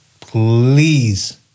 please